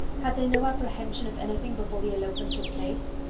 had they no apprehension of anything before the elopement took place?